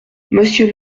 monsieur